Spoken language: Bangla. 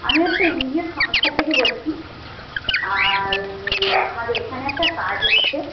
আমি একটা এনজিও সংস্থা থেকে বলছি আর আমাদের এখানে একটা কাজ এসছে